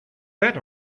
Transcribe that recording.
that